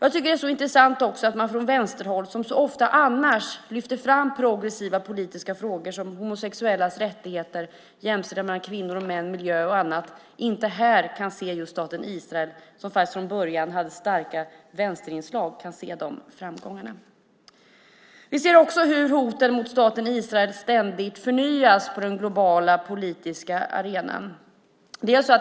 Det är intressant att man från vänsterhåll, som annars ofta lyfter fram progressiva politiska frågor som homosexuellas rättigheter, jämställdhet mellan kvinnor och män, miljö och annat, inte kan se de framgångar som staten Israel, som från början hade starka vänsterinslag, nått. Vi ser hur hoten mot staten Israel ständigt förnyas på den globala politiska arenan.